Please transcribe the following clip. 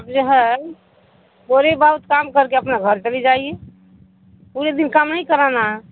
اب جو ہے تھوڑے بہت کام کر کے اپنا گھر چلی جائیے پورے دن کام نہیں کرانا ہے